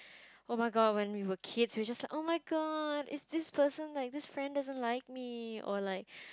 oh-my-god when we were kids we were just like oh-my-god is this person or this friend doesn't like me or like